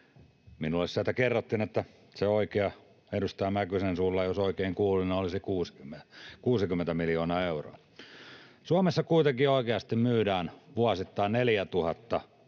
Minulle sieltä kerrottiin, että se oikea summa — edustaja Mäkysen suulla, jos oikein kuulin — olisi 60 miljoonaa euroa. Suomessa kuitenkin oikeasti myydään vuosittain 4 miljardia